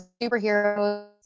superheroes